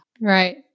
Right